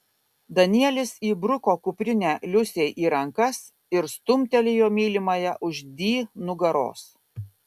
danielis įbruko kuprinę liusei į rankas ir stumtelėjo mylimąją už di nugaros